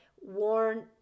worn